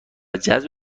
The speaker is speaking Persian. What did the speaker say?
جذب